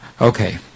Okay